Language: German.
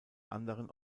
anderen